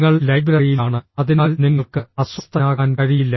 നിങ്ങൾ ലൈബ്രറിയിലാണ് അതിനാൽ നിങ്ങൾക്ക് അസ്വസ്ഥനാകാൻ കഴിയില്ല